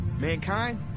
mankind